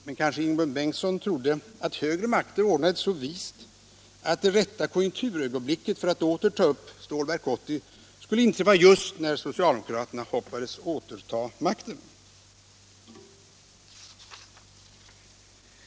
Men kanske Ingemund Bengtsson trodde att högre makter skulle ordna det så vist att det rätta konjunkturögonblicket för att åter ta upp Stålverk 80 skulle inträffa just när socialdemokraterna hoppades återta makten.